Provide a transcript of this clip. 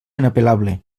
inapel·lable